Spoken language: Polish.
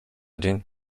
dzień